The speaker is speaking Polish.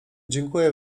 dziękuję